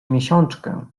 miesiączkę